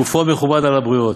גופו מכובד על הבריות.